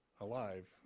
alive